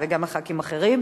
וגם לח"כים אחרים,